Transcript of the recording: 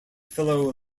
fellow